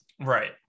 Right